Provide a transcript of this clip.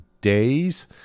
days